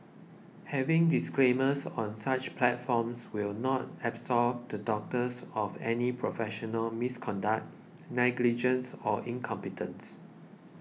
having disclaimers on such platforms will not absolve the doctors of any professional misconduct negligence or incompetence